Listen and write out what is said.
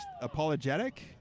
apologetic